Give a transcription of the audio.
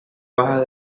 bajas